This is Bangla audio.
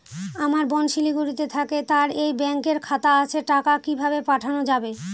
আমার বোন শিলিগুড়িতে থাকে তার এই ব্যঙকের খাতা আছে টাকা কি ভাবে পাঠানো যাবে?